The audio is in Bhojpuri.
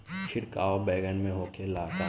छिड़काव बैगन में होखे ला का?